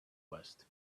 worst